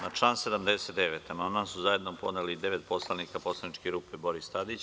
Na član 79. amandman je zajedno podnelo devet poslanika Poslaničke grupe Boris Tadić.